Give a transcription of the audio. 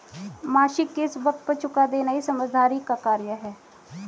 मासिक किश्त वक़्त पर चूका देना ही समझदारी का कार्य है